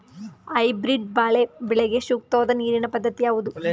Hybrid ಬಾಳೆ ಬೆಳೆಗೆ ಸೂಕ್ತವಾದ ನೀರಿನ ಪದ್ಧತಿ ಯಾವುದು?